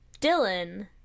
Dylan